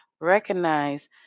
recognize